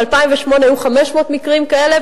ב-2008 היו 500 מקרים כאלה,